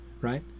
right